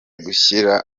gushira